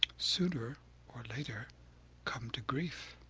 sooner or later come to grief.